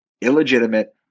illegitimate